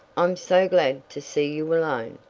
i'm so glad to see you alone.